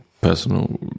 personal